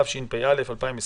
התשפ"א-2021